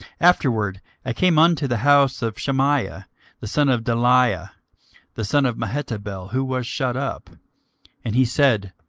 afterward i came unto the house of shemaiah the son of delaiah the son of mehetabeel, who was shut up and he said,